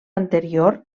anterior